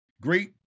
great